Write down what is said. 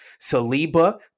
Saliba